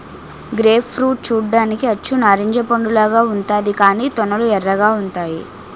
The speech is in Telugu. గ్రేప్ ఫ్రూట్ చూడ్డానికి అచ్చు నారింజ పండులాగా ఉంతాది కాని తొనలు ఎర్రగా ఉంతాయి